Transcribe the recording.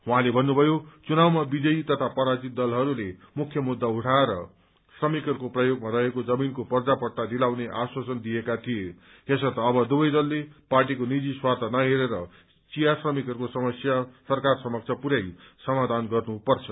उहाँले भन्नुभयो चुनावमा विजयी तथा पराजित दलहरूले मुख्य मुद्दा उठाएर श्रमिकहरूको प्रयोगमा रहेको जमीनको पर्जापट्टा दिलाउने आश्वासन दिएका थिए यसर्थ अब दुवै दलले पार्टीको निजी स्वार्थ नहेरेर चिया श्रमिकहरूको समस्या सरकार समक्ष पुरयाई समाधान गरिनुपर्छ